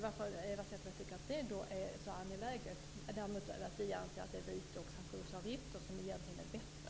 Varför tycker Eva Zetterberg att det är så angeläget? Vi anser att vite och sanktionsavgifter är bättre.